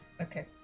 Okay